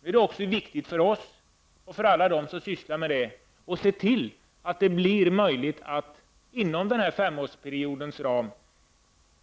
Nu är det viktigt också för oss att se till att inom denna femårsperiod